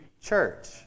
church